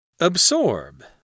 absorb